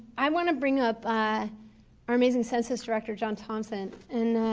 i want to bring up our amazing census director john thompson and